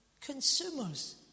consumers